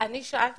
אני שאלתי